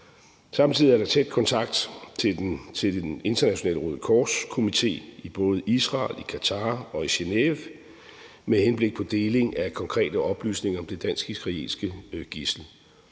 Samtidig er der tæt kontakt til Den Internationale Røde Kors Komité, i både Israel, i Qatar og i Genève med henblik på deling af konkrete oplysninger om det dansk-israelske gidsel.